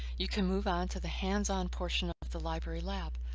you can move on to the hands-on portion of the library lab.